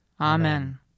Amen